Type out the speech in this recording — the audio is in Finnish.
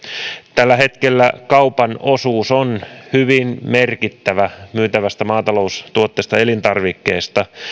tällä hetkellä kaupan osuus on hyvin merkittävä myytävästä maataloustuotteesta elintarvikkeesta